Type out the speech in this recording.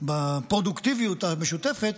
בפרודוקטיביות המשותפת,